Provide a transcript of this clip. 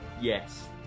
yes